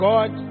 God